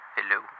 Hello